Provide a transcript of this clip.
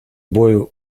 boy